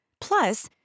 Plus